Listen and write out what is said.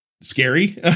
scary